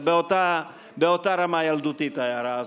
זה באותה רמה ילדותית, ההערה הזאת.